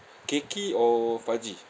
cakey or fudgy